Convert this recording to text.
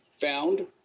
found